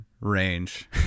range